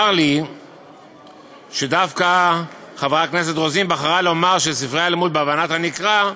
צר לי שדווקא חברת הכנסת רוזין בחרה לומר שספרי הלימוד בהבנת הנקרא,